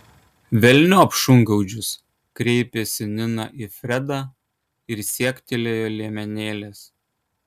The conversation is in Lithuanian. velniop šungaudžius kreipėsi nina į fredą ir siektelėjo liemenėlės